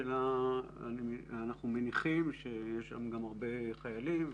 אנחנו מניחים שיש שם הרבה חיילים,